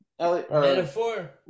Metaphor